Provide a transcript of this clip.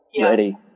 ready